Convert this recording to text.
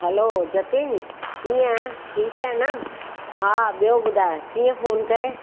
hello Jatin कीअं आहे ठीकु आहे न हा ॿियो ॿुधाए कीअं फोन कयईं